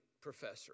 professor